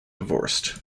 divorced